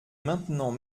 maintenant